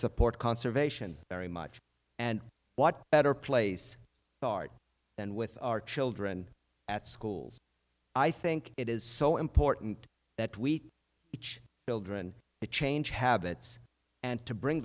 support conservation very much and what better place than with our children at schools i think it is so important that we each build wron to change habits and to bring